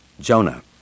Jonah